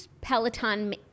peloton